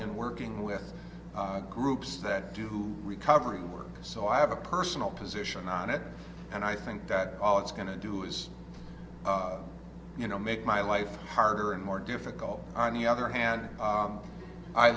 in working with groups that do recovery work so i have a personal position on it and i think that all it's going to do is you know make my life harder and more difficult on the other hand